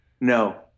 no